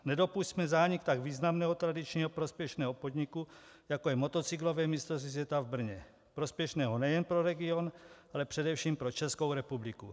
Nedopusťme zánik tak významného tradičního prospěšného podniku, jako je motocyklové mistrovství světa v Brně, prospěšného nejen pro region, ale především pro Českou republiku.